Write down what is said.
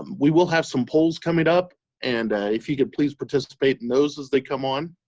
um we will have some polls coming up and if you could please participate in those as they come on.